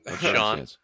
Sean